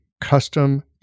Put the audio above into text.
custom